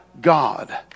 God